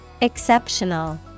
exceptional